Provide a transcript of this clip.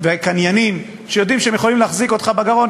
וקניינים שיודעים שהם יכולים להחזיק אותך בגרון,